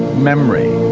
memory,